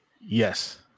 yes